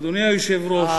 אדוני היושב-ראש,